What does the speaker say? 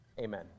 Amen